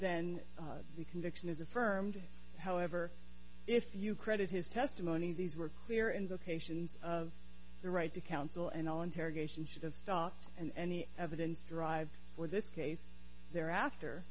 then the conviction is affirmed however if you credit his testimony these were clear indications of the right to counsel and all interrogation should have stopped and any evidence derived for this case there after